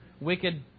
wicked